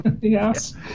Yes